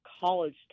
college